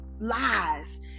lies